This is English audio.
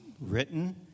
Written